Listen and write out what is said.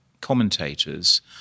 commentators